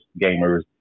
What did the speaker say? gamers